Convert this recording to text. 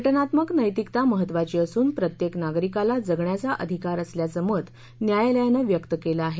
घटनात्मक नव्रिकता महत्त्वाची असून प्रत्येक नागरिकाला जगण्याचा अधिकार असल्याचं मत न्यायालयानं व्यक्त केलं आहे